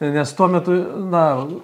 nes tuo metu na